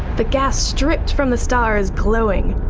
the gas stripped from the star is glowing,